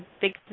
big